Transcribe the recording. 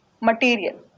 material